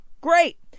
Great